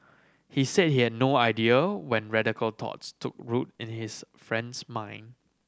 he said he had no idea when radical thoughts took root in his friend's mind